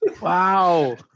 Wow